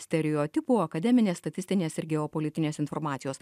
stereotipų akademinės statistinės ir geopolitinės informacijos